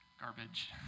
garbage